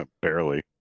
Barely